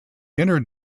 inner